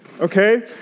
okay